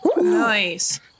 Nice